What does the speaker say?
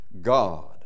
God